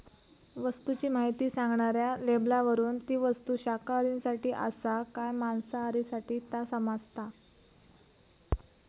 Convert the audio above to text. वस्तूची म्हायती सांगणाऱ्या लेबलावरून ती वस्तू शाकाहारींसाठी आसा काय मांसाहारींसाठी ता समाजता